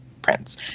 prince